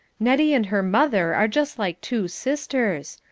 nettie and her mother are just like two sisters.